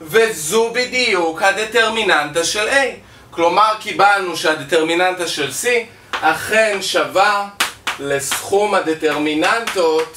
וזו בדיוק הדטרמיננטה של A. כלומר, קיבלנו שהדטרמיננטה של C אכן שווה לסכום הדטרמיננטות